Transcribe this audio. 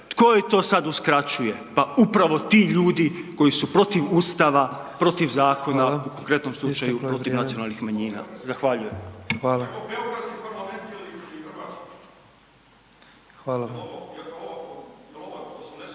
Tko joj to sad uskraćuje? Pa upravi ti ljudi koji su protiv Ustava, protiv zakona, u konkretnom slučaju protiv nacionalnih manjina. **Petrov,